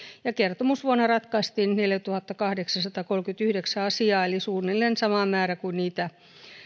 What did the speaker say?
ja kertomusvuonna ratkaistiin neljätuhattakahdeksansataakolmekymmentäyhdeksän asiaa eli suunnilleen sama määrä kuin niitä